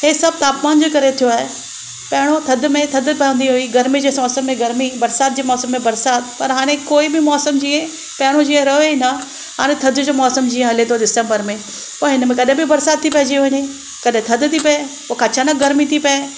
हे सभु तापमान जे करे थियो आहे पहिरियों थधि में थधि पवंदी हुई गर्मी जे मौसम में गर्मी बरसात जे मौसम में बरसात पर हाणे कोई बि मौसम जीअं पहिरियों जीअं रहियो ई न हाणे थधि जो मौसम हले थो दिसम्बर में पर हिनमें कॾहिं बि बरसात थी पइजी वञे कॾहिं थधि थी पए पोइ अचानक गर्मी थी पए